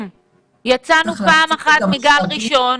יצאנו פעם אחת מגל ראשון,